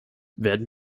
werden